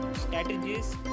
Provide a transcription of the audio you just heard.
strategies